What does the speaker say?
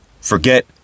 forget